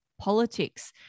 politics